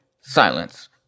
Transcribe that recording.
silence